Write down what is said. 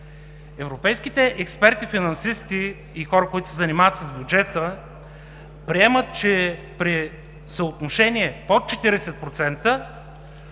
Европейските експерти, финансисти и хора, които се занимават с бюджет, приемат, че при съотношение под 40%